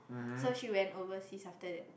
so she went overseas after that